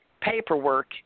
paperwork